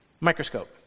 Microscope